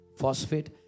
phosphate